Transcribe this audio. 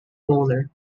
bowler